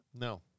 No